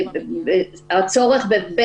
לגבי הצורך של